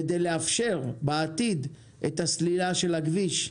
כדי לאפשר בעתיד את הסלילה של הכביש,